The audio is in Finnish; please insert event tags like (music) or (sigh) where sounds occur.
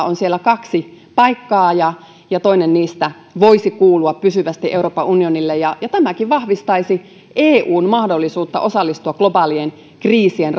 (unintelligible) on siellä kaksi paikkaa ja ja toinen niistä voisi kuulua pysyvästi euroopan unionille ja ja tämäkin vahvistaisi eun mahdollisuutta osallistua globaalien kriisien (unintelligible)